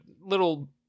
little